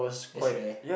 that's right